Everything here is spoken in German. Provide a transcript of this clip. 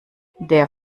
der